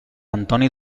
antoni